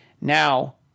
Now